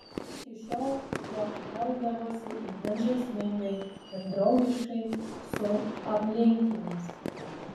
iki šiol šuo elgdavosi itin žaismingai ir draugiškai su aplinkiniais